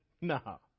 no